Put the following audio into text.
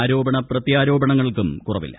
ആരോപണ പ്രത്യാരോപണങ്ങൾക്കും കുറവില്ല